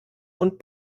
und